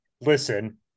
Listen